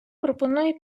пропоную